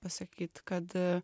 pasakyt kad